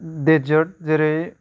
डेडजर्ट जेरै